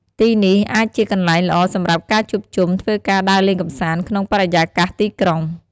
ទីនេះអាចជាកន្លែងល្អសម្រាប់ការជួបជុំ ធ្វើការដើរលេងកម្សាន្តក្នុងបរិយាកាសទីក្រុង។